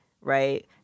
right